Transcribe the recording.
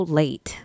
late